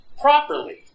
properly